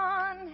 on